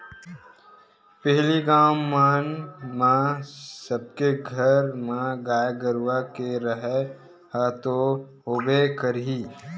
पहिली गाँव मन म सब्बे घर म गाय गरुवा के रहइ ह तो होबे करही